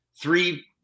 Three